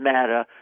Matter